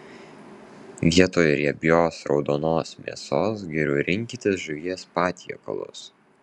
vietoj riebios raudonos mėsos geriau rinkitės žuvies patiekalus